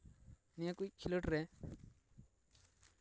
ᱱᱤᱭᱟᱹ ᱠᱚ ᱠᱷᱮᱞᱳᱰ ᱨᱮ